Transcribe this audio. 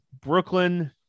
Brooklyn